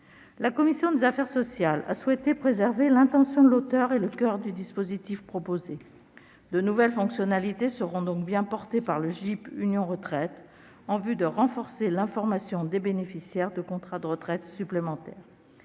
La commission des affaires sociales du Sénat a souhaité préserver l'intention de l'auteur du texte et le coeur du dispositif proposé. De nouvelles fonctionnalités seront donc bien mises en oeuvre par le GIP Union Retraite en vue de renforcer l'information des bénéficiaires de contrats d'épargne retraite supplémentaire.